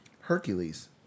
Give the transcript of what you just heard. Hercules